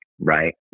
right